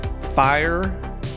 fire